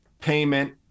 payment